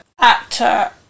actor